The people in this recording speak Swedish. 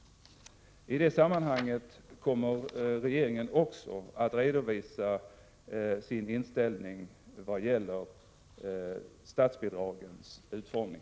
I det sammanhanget kommer regeringen också att redovisa sin inställning vad gäller statsbidragens utformning.